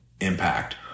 impact